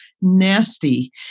nasty